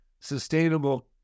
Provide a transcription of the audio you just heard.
sustainable